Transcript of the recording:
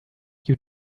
you